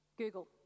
Google